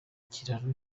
kiraro